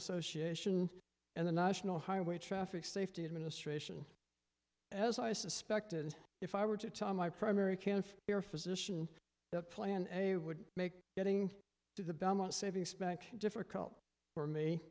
association and the national highway traffic safety administration as i suspected if i were to tell my primary care of your physician that plan a would make getting to the belmont saving spank difficult for me